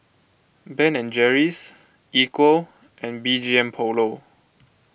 Ben and Jerry's Equal and B G M Polo